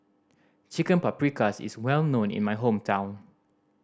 Chicken Paprikas is well known in my hometown